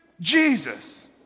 Jesus